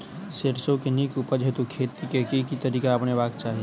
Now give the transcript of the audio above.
सैरसो केँ नीक उपज हेतु खेती केँ केँ तरीका अपनेबाक चाहि?